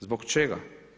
Zbog čega?